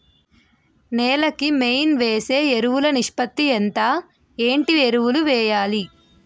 నేల కి మెయిన్ వేసే ఎరువులు నిష్పత్తి ఎంత? ఏంటి ఎరువుల వేయాలి?